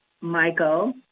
Michael